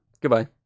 Goodbye